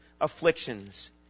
afflictions